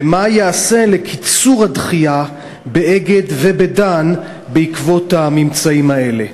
2. מה ייעשה לקיצור הדחייה ב"אגד" וב"דן" בעקבות הממצאים האלה?